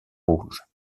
rouge